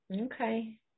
Okay